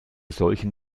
solchen